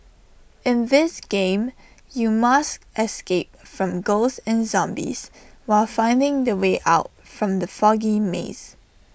in this game you must escape from ghosts and zombies while finding the way out from the foggy maze